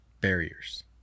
barriers